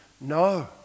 no